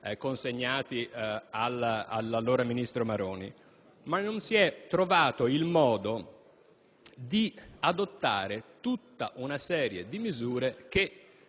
consegnati all'allora ministro Maroni, ma non si è trovato il modo di adottare una serie di misure che